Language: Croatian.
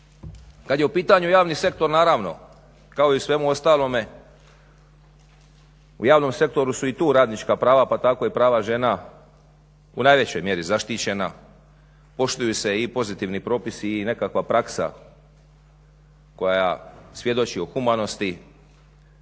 Kad je u pitanju javni sektor naravno kao i u svemu ostalome u javnom sektoru su i tu radnička prava pa tako i prava žena u najvećoj mjeri zaštićena, poštuju se i pozitivni propisi i nekakva praksa koja svjedoči o humanosti,